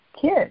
kids